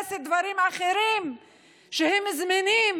מחפש דברים אחרים שהם זמינים,